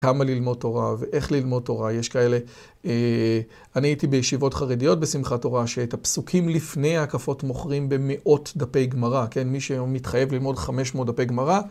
כמה ללמוד תורה ואיך ללמוד תורה, יש כאלה. אני הייתי בישיבות חרדיות בשמחת תורה, שאת הפסוקים לפני ההקפות מוכרים במאות דפי גמרא, כן, מי שמתחייב ללמוד 500 דפי גמרא